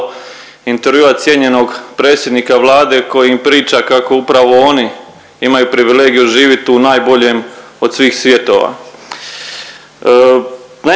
intervjua cijenjenog predsjednika Vlade koji im priča kako upravo oni imaju privilegiju živit u najboljem od svih svjetova.